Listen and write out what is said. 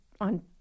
on